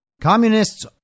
Communists